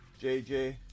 JJ